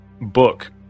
book